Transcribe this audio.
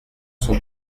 son